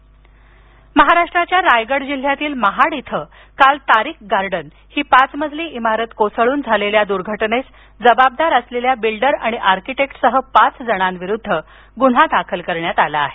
रायगड दुर्घटना महाराष्ट्राच्या रायगड जिल्ह्यातील महाड इथं काल तारीक गार्डन ही पाच मजली इमारत कोसळून झालेल्या दुर्घटनेस जबाबदार असलेल्या बिल्डर आणि आर्किटेक्टसह पाच जणांविरुद्ध गुन्हा दाखल करण्यात आला आहे